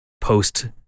post